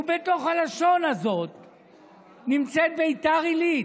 ובתוך הלשון הזאת נמצאת ביתר עילית,